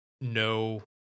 no